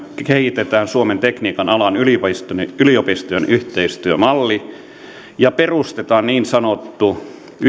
kehitetään suomen tekniikan alan yliopistojen yliopistojen yhteistyömalli ja perustetaan niin sanottu